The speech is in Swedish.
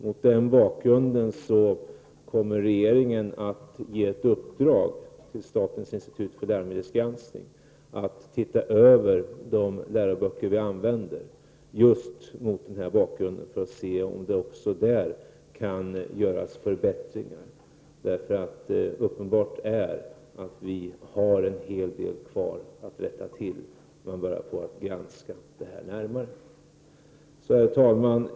Mot den bakgrunden kommer regeringen att ge i uppdrag till statens institut för läromedelsgranskning att se över de läroböcker som vi använder för att se om det kan göras förbättringar. Uppenbart är att vi har en hel del kvar att rätta till och bör granska detta närmare. Herr talman!